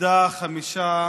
איבדה חמישה